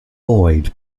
boyd